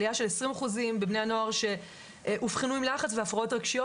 עליה של 20 אחוזים בבני הנוער שאובחנו עם לחץ והפרעות רגשיות